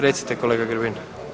Recite kolega Grbin.